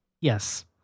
Yes